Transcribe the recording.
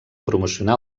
promocionar